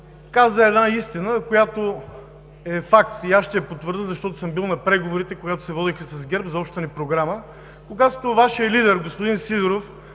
каза една истина, която е факт и аз ще я потвърдя, защото съм бил на преговорите, когато се водиха с ГЕРБ, за общата ни програма. Тогава Вашият лидер господин Сидеров